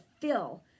fill